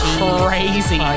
crazy